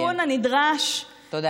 אלא תעשה את התיקון הנדרש, תודה.